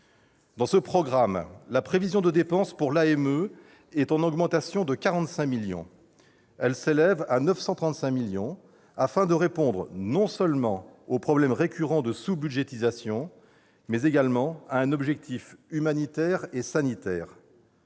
Dans ce programme, les dépenses prévisionnelles pour l'AME sont en augmentation de 45 millions d'euros. Elles s'élèvent à 935 millions d'euros, afin de répondre non seulement au problème récurrent de sous-budgétisation, mais également à un objectif humanitaire et sanitaire.